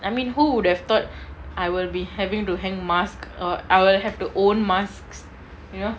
I mean who would have thought I will be having to hand mask or I will have to own masks you know